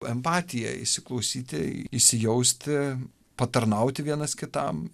empatija įsiklausyti įsijausti patarnauti vienas kitam